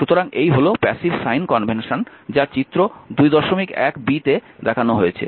সুতরাং এই হল প্যাসিভ সাইন কনভেনশন যা চিত্র 21b তে দেখানো হয়েছে